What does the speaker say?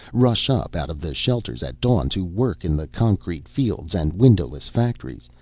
rush up out of the shelters at dawn to work in the concrete fields and windowless factories,